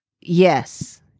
Yes